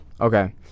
Okay